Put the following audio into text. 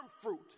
fruit